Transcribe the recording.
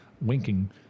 winking